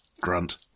Grunt